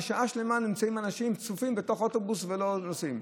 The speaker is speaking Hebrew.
ושעה שלמה נמצאים אנשים צפופים באוטובוס ולא נוסעים.